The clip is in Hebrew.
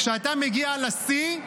כשאתה מגיע לשיא,